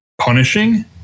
punishing